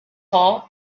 hall